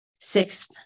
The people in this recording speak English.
Sixth